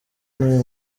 n’uyu